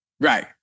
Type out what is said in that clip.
Right